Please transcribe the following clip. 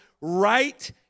right